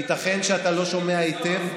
ייתכן שאתה לא שומע היטב.